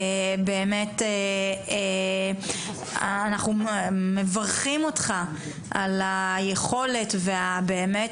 באמת אנחנו מברכים אותך על היכולת ובאמת